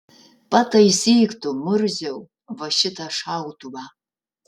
pataisyk tu murziau va šitą šautuvą